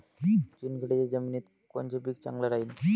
चुनखडीच्या जमिनीत कोनचं पीक चांगलं राहीन?